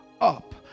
up